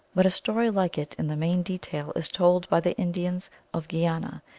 but a story like it in the main detail is told by the indians of guiana,